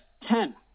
ten